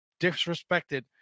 disrespected